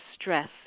stress